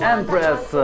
Empress